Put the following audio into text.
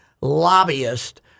lobbyist